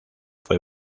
fue